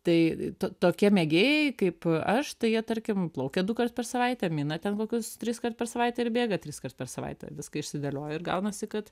tai tokie mėgėjai kaip aš tai jie tarkim plaukia dukart per savaitę mina ten kokius triskart per savaitę ir bėga triskart per savaitę viską išsidėlioja ir gaunasi kad